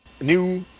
New